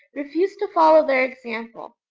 refused to follow their example.